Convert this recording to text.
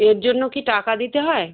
এর জন্য কি টাকা দিতে হয়